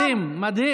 מדהים, מדהים.